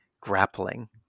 grappling